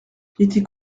été